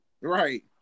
Right